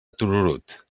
tururut